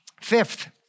Fifth